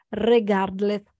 regardless